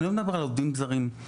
אני לא מדבר על עובדים זרים,